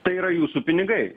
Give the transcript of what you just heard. tai yra jūsų pinigai